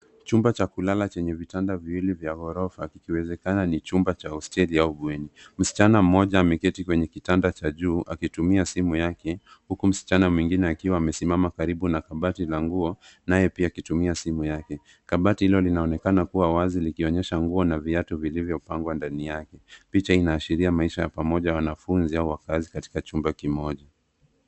Chumba cha kulala chenye vitanda viwili vya gorofa kikiwezekana ni chumba cha hosteli au bweni. Msichana mmoja ameketi kwenye kitanda cha juu akitumia simu yake huku msichana mwingine akiwa amesimama karibu na kabati la nguo naye pia akitumia simu yake. Kabati hilo linaonekana kuwa wazi likionyesha nguo na viatu vilivyopangwa ndani yake. Picha inaashiria maisha ya pamoja ya wanafunzi au wakaazi katika chumba kimoja.